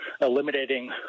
eliminating